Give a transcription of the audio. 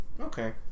Okay